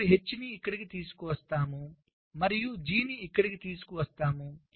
ఇప్పుడు H ని ఇక్కడకు తీసుకువస్తున్నాము మరియు G ఇక్కడకు తీసుకు వస్తున్నాము